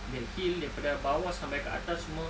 that hill daripada bawah sampai kat atas semua